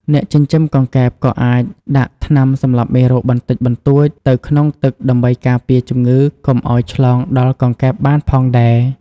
អ្នកចិញ្ចឹមកង្កែបក៏អាចដាក់ថ្នាំសម្លាប់មេរោគបន្តិចបន្តួចទៅក្នុងទឹកដើម្បីការពារជំងឺកុំឲ្យឆ្លងដល់កង្កែបបានផងដែរ។